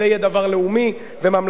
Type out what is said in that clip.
זה יהיה דבר לאומי וממלכתי,